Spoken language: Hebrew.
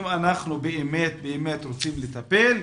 אם אנחנו באמת רוצים לטפל,